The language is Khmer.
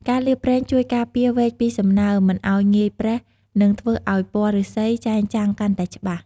ការលាបប្រេងជួយការពារវែកពីសំណើម មិនឱ្យងាយប្រេះ និងធ្វើឱ្យពណ៌ឫស្សីចែងចាំងកាន់តែច្បាស់។